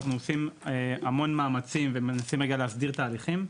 אנחנו עושים המון מאמצים ומנסים להסדיר תהליכים,